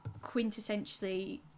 quintessentially-